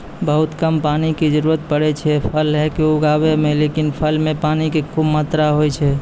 बहुत कम पानी के जरूरत पड़ै छै है फल कॅ उगाबै मॅ, लेकिन फल मॅ पानी के खूब मात्रा होय छै